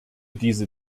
diese